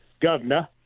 governor